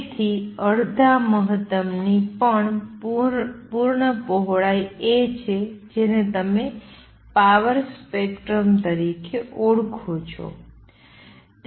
તેથી અડધા મહત્તમની પણ પૂર્ણ પહોળાઈ A છે જેને તમે પાવર સ્પેક્ટ્રમ તરીકે ઓળખો છો